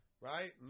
right